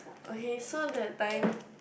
okay so that time